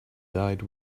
died